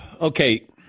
Okay